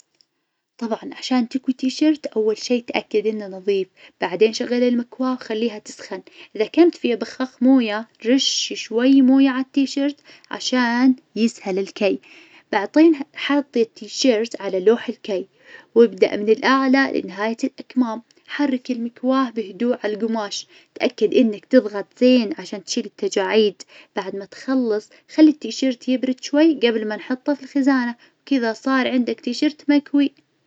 طبعا عشان تكوي تيشيرت أول شي تأكد إنه نظيف، بعدين شغل المكواة وخليها تسخن. إذا كانت فيها بخاخ مويه رش شوي مويه عالتيشيرت عشان يسهل الكي. حط التيشيرت على لوح الكي، وابدأ من الأعلى لنهاية الأكمام. حرك المكواة بهدوء عالقماش، تأكد إنك تظغط زين عشان تشيل التجاعيد. بعد ما تخلص خلي التيشيرت يبرد شوي قبل ما نحطه في الخزانة، كذا صار عندك تيشيرت مكوي.